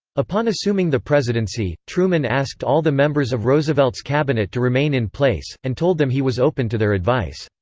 upon assuming the presidency, truman asked all the members of roosevelt's cabinet to remain in place, and told them he was open to their advice.